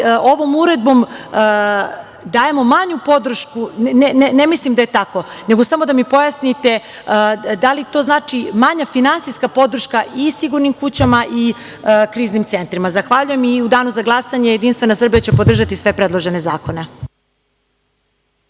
ovom uredbom dajemo manju podršku? Ne mislim da je tako, nego samo da mi pojasnite da li to znači manja finansijska podrška i sigurnim kućama i kriznim centrima? Zahvaljujem. U danu za glasanje JS će podržati sve predložene zakone.